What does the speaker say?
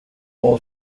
wall